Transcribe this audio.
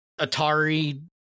atari